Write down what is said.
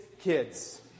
kids